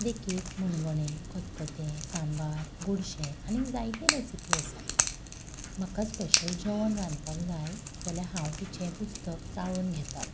देखीक मणगणें खतखतें सांबार गोडशें आनीक जायते रॅसिपी आसात म्हाका स्पॅशल जेवण रांदपाक जाय जाल्या हांव तिचें पुस्तक चाळून घेतां